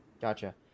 Gotcha